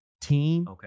team